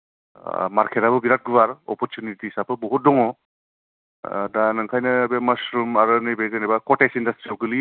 मार्केटाबो बिरात गुवार अपरसुनितिसाबो बहुत दङ ओ दा ओंखायनो बे मासरुम आरो नैबे जेनेबा कटेज इन्डास्ट्रियाव गोलैयोथ बिसोर